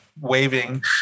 waving